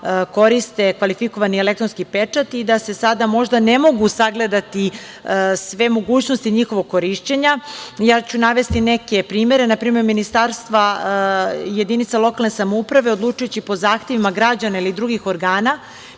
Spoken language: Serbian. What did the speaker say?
koriste kvalifikovani elektronski pečat i da se sada možda ne mogu sagledati sve mogućnosti njihovog korišćenja. Ja ću navesti neke primere. Na primer, jedinice lokalne samouprave, odlučujući po zahtevima građana ili drugih organa,